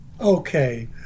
Okay